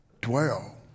dwell